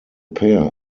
pair